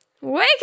Wake